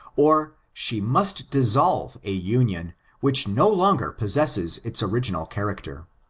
or she must dissolve a union which no longer possesses its original character.